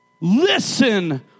Listen